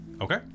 Okay